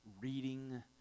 reading